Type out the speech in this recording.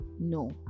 no